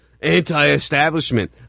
anti-establishment